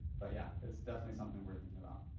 but yeah, it's definitely something we're thinking about.